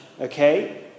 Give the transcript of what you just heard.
Okay